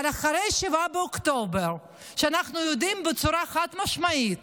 אבל אחרי 7 באוקטובר אנחנו יודעים בצורה חד-משמעית